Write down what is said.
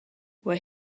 what